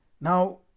Now